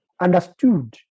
understood